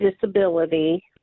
disability